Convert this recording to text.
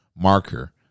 marker